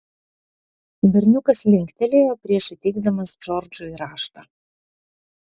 berniukas linktelėjo prieš įteikdamas džordžui raštą